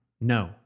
No